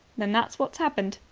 then that's what's happened.